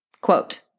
Quote